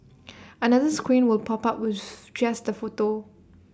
another screen will pop up with just the photo